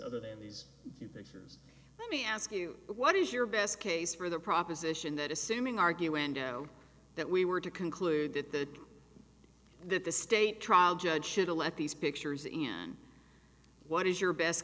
other than these let me ask you what is your best case for the proposition that assuming argue endo that we were to conclude that the that the state trial judge should elect these pictures and what is your best